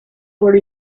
for